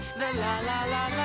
la la la